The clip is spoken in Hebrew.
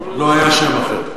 לא היה שם אחר.